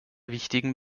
wichtigen